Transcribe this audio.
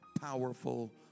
powerful